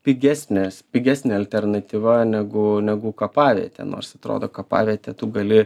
pigesnės pigesnė alternatyva negu negu kapavietė nors atrodo kapavietę tu gali